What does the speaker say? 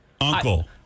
Uncle